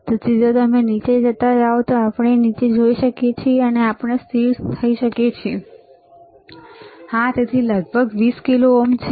તેથી જો તમે નીચે જાઓ તો શું આપણે નીચે જઈ શકીએ છીએ અને શું આપણે સ્થિર જોઈ શકીએ છીએ હા તેથી આ લગભગ 20 કિલો ઓહ્મ છે